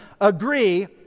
agree